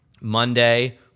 monday